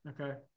Okay